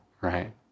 Right